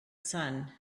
sun